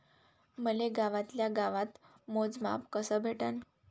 मले गावातल्या गावात मोजमाप कस भेटन?